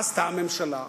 מה עשתה הממשלה?